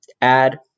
add